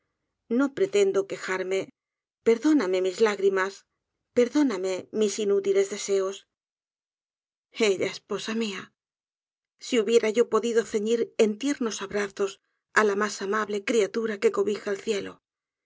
no pretendo quejarme perdóname mis lágrimas perdóname mis inútiles deseos ella esposa mia si hubiera yo podido ceñir en tiernos abrazos á la mas amable criatura que cobija el cielo